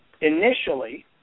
initially